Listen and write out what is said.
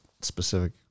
specific